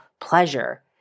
pleasure